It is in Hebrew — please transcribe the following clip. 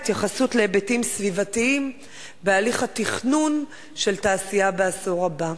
התייחסות להיבטים סביבתיים בהליך התכנון של התעשייה בעשור הבא.